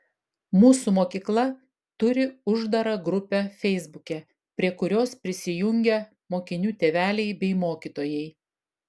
mūsų mokykla turi uždarą grupę feisbuke prie kurios prisijungę mokinių tėveliai bei mokytojai